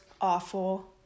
awful